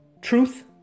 truth